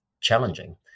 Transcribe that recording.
challenging